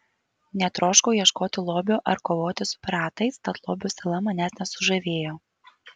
netroškau ieškoti lobių ar kovoti su piratais tad lobių sala manęs nesužavėjo